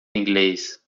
inglês